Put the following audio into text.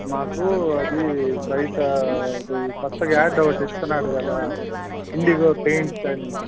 మాకు అది బయట ఇది కొత్తగా యాడ్ ఒకటి ఇస్తున్నాడు కదా ఇండిగో పెయింట్స్ అని